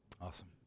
Awesome